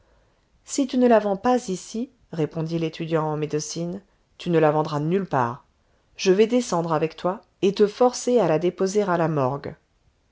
si tu ne la vends pas ici répondit l'étudiant en médecine tu ne la vendras nulle part je vais descendre avec toi et te forcera la déposer à la morgue